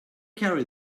carry